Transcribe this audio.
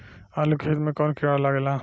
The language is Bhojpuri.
आलू के खेत मे कौन किड़ा लागे ला?